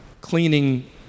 cleaning